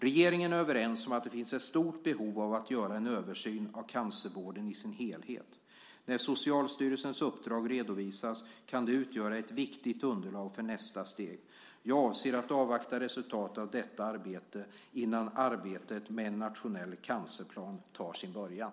Regeringen är överens om att det finns ett stort behov av att göra en översyn av cancervården i sin helhet. När Socialstyrelsens uppdrag redovisas kan det utgöra ett viktigt underlag för nästa steg. Jag avser att avvakta resultatet av detta arbete innan arbetet med en nationell cancerplan tar sin början.